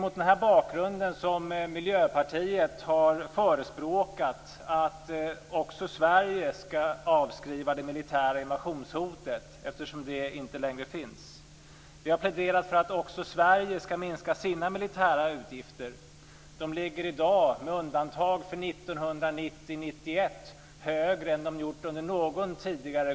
Mot den här bakgrunden har Miljöpartiet förespråkat att också Sverige skall avskriva det militära invasionshotet, eftersom det inte längre finns. Vi har pläderat för att även Sverige skall minska sina militära utgifter. De ligger i dag, med undantag för 1990 och 1991, högre än de har gjort någon gång tidigare.